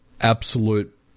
absolute